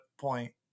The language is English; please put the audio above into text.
point